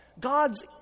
God's